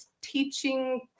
teaching